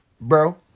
bro